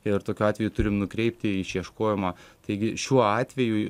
ir tokiu atveju turim nukreipti išieškojimą taigi šiuo atveju